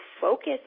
focus